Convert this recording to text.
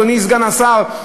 אדוני סגן השר,